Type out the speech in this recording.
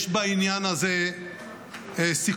יש בעניין הזה סיכונים,